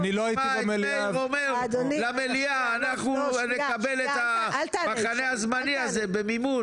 תשמע את מאיר אומר למליאה אנחנו נקבל את המחנה הזמני הזה במימון.